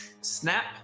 snap